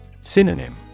Synonym